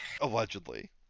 Allegedly